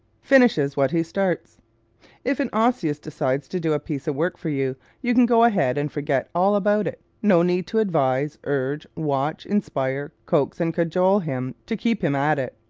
finishes what he starts if an osseous decides to do a piece of work for you you can go ahead and forget all about it. no need to advise, urge, watch, inspire, coax and cajole him to keep him at it.